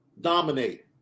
Dominate